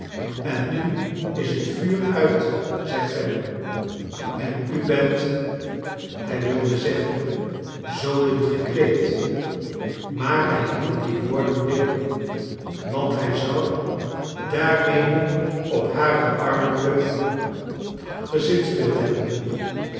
en nu is het vuur uit zei clennam en u bent hij wilde zeggen zoo dun gekleed maar hij hield die woorden binnen want hij zou daarmede op hare armoede gezinspeeld hebben